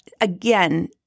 again